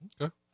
Okay